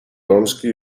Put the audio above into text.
rączki